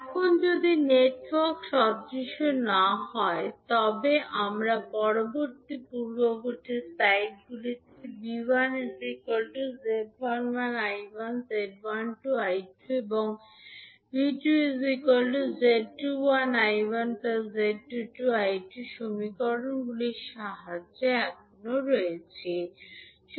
এখন যদি নেটওয়ার্ক সদৃশ না হয় তবে আমরা পূর্ববর্তী স্লাইডগুলিতে V1 𝐳11 I1 𝐳12𝐈2 এবং 𝐕2 𝐳21𝐈1 𝐳22 22 সমীকরণগুলির সাহায্যে এখনও রয়েছি